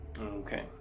Okay